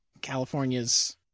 California's